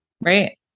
Right